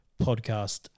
podcast